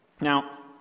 Now